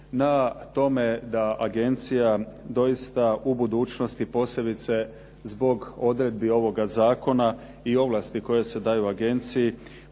na tome da agencija dosita u budućnosti posebice zbog odredbi ovoga zakona i ovlasti koje se daju agenciji